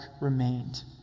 remained